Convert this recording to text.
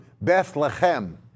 Bethlehem